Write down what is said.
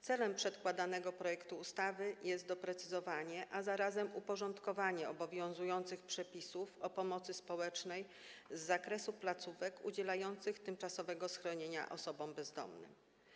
Celem przedkładanego projektu ustawy jest doprecyzowanie, a zarazem uporządkowanie obowiązujących przepisów o pomocy społecznej z zakresu placówek udzielających tymczasowego schronienia osobom bezdomnym.